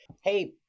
hey